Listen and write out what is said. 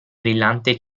brillante